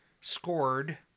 scored